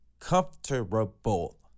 comfortable